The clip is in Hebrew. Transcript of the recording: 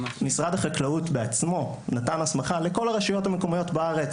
משרד החקלאות בעצמו נתן הסמכה לכל הרשויות המקומיות בארץ